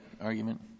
argument